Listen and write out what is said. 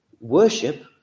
worship